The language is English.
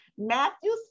Matthew